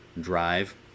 drive